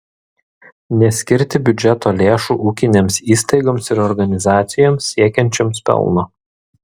neskirti biudžeto lėšų ūkinėms įstaigoms ir organizacijoms siekiančioms pelno